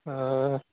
हा